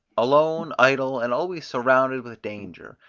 alone, idle, and always surrounded with danger,